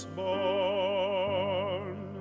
born